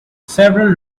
several